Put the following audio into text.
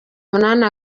umunani